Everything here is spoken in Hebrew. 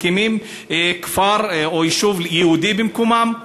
מקימים כפר או יישוב יהודי במקומם.